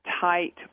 tight